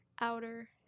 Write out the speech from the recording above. outer